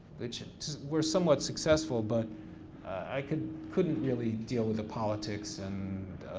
which were somewhat successful, but i couldn't couldn't really deal with the politics and